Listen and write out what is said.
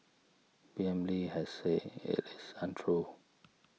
P M Lee has said it is untrue